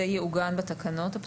וזה יעוגן בתקנות.